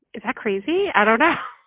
is that crazy? i don't know.